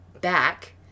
back